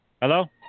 hello